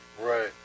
Right